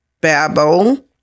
Babel